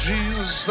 Jesus